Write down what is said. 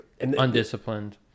Undisciplined